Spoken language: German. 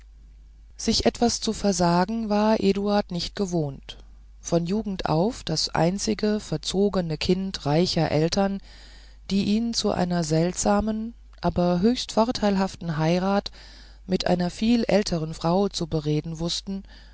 sich etwas zu versagen war eduard nicht gewohnt von jugend auf das einzige verzogene kind reicher eltern die ihn zu einer seltsamen aber höchst vorteilhaften heirat mit einer viel älteren frau zu bereden wußten